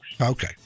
Okay